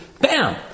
bam